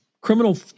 criminal